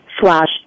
slash